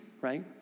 right